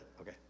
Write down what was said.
Okay